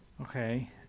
Okay